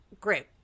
group